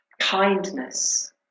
kindness